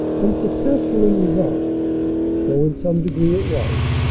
un successful in result though in some degree it was,